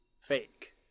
fake